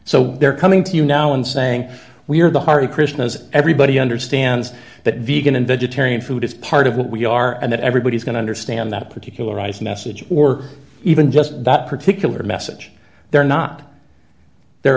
so they're coming to you now and saying we're the hari krishna as everybody understands that deacon and vegetarian food is part of what we are and that everybody's going to understand that particular rice message or even just that particular message they're not there